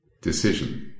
decision